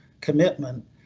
commitment